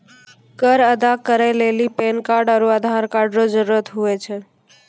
कर अदा करै लेली पैन कार्ड आरू आधार कार्ड रो जरूत हुवै छै